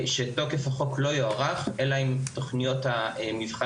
שתוקף החוק לא יוארך אלא אם תוכניות המבחן